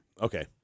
Okay